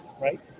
right